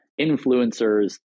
influencers